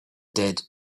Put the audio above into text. did